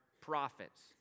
prophets